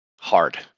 hard